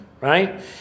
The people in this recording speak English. right